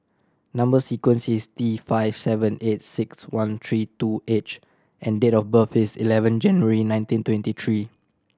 number sequence is T five seven eight six one three two H and date of birth is eleven January nineteen twenty three